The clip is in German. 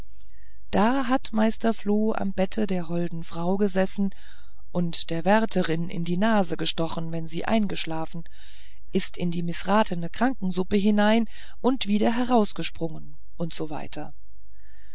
da hat meister floh am bette der holden frau gesessen und der wärterin in die nase gestochen wenn sie eingeschlafen ist in die mißratene krankensuppe hinein und wieder herausgesprungen u s